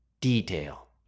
detail